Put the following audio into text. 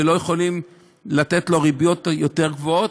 ולא יכולים לתת לו ריביות יותר גבוהות,